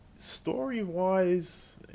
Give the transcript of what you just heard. Story-wise